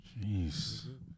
Jeez